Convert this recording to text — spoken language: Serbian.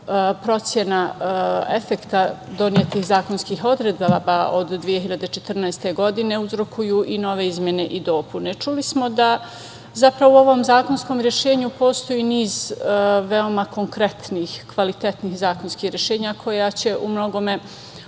procena efekta donetih zakonskih odredaba od 2014. godine, uzrokuju i nove izmene i dopune. Čuli smo da zapravo u ovom zakonskom rešenju postoji niz veoma konkretnih i kvalitetnih zakonskih rešenja koja će u mnogome